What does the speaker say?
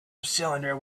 cylinder